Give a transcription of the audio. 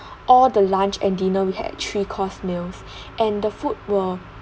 all the lunch and dinner we had three course meals and the food were